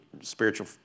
spiritual